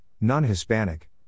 non-Hispanic